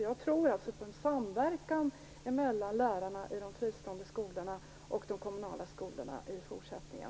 Jag tror alltså på en samverkan mellan lärarna i de fristående skolorna och i de kommunala skolorna i fortsättningen.